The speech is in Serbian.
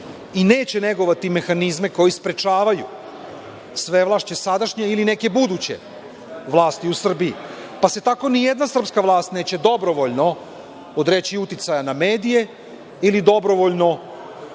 i neće negovati mehanizme koji sprečavaju svevlašće sadašnje ili neke buduće vlasti u Srbiji, pa se tako ni jedna srpska vlast neće dobrovoljno odreći uticaja na medije ili dobrovoljno ostvariti